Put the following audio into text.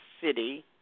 City